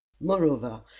Moreover